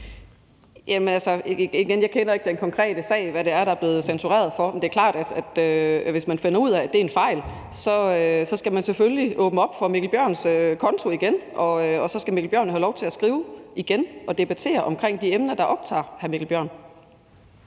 sige, at jeg ikke kender den konkrete sag, og jeg ved ikke, hvad der er blevet censureret. Men det er klart, at hvis man finder ud af, at det er en fejl, så skal man selvfølgelig åbne op for Mikkel Bjørns konto igen, og så skal Mikkel Bjørn igen have lov til at skrive om og debattere de emner, der optager ham. Kl.